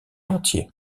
entier